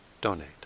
donate